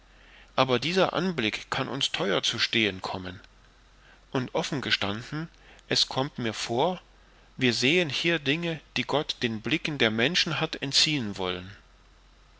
aber dieser anblick kann uns theuer zu stehen kommen und offen gestanden es kommt mir vor als sähen wir hier dinge die gott den blicken der menschen hat entziehen wollen